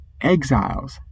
exiles